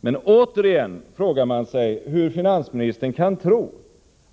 Men återigen frågar man sig hur finansministern kan tro